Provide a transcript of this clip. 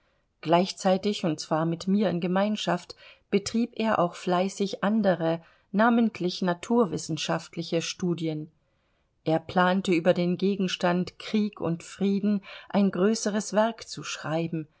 gleichzeitig und zwar mit mir in gemeinschaft betrieb er auch fleißig andere namentlich naturwissenschaftliche studien er plante über den gegenstand krieg und frieden ein größeres werk zu schreiben